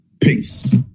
Peace